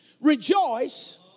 Rejoice